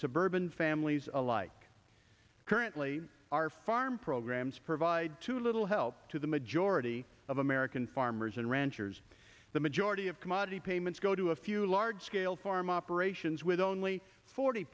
suburban families alike currently our farm programs provide too little help to the majority of american farmers and ranchers the majority of commodity payments go to a few large scale farm operations with only forty